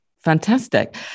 Fantastic